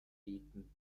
bieten